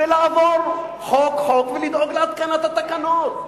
לעבור חוק-חוק ולדאוג להתקנת התקנות.